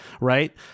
right